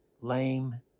lame